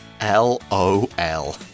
LOL